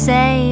Say